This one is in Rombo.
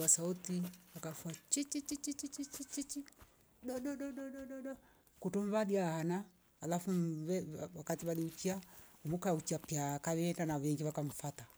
Kwa sauti wakufua "twichiti tichi chiii chiiii chiii, bado dodododo" kutumvalia hana alafu mve va wakati walucha umuka huchapia kavera ma vengi wakamfata